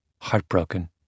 heartbroken